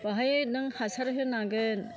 बेवहाय नों हासार होनांगोन